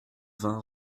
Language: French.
vingt